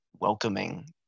welcoming